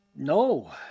No